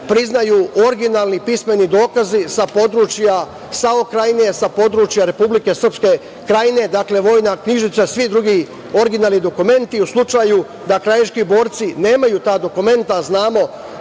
priznaju originalni pismeni dokazi sa područja SAO Krajine, sa područja Republike Srpske Krajine, dakle vojna knjižica i svi drugi originalni dokumenti, u slučaju da krajiški borci nemaju ta dokumenta, a znamo